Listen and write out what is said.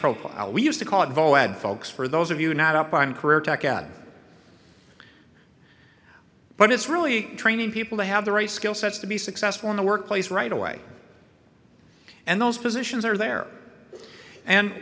profile we used to call it vall add folks for those of you not up on career tech ad but it's really training people to have the right skill sets to be successful in the workplace right away and those positions are there and